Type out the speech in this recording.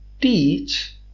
teach